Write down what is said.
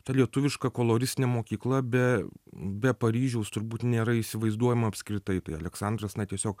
ta lietuviška koloristinė mokykla be be paryžiaus turbūt nėra įsivaizduojama apskritai tai aleksandras na tiesiog